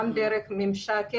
גם דרך ממשק עבודה,